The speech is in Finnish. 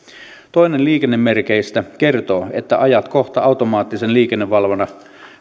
toinen liikennemerkeistä kertoo että ajat kohta automaattisen liikennevalvonnan